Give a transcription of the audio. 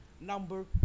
number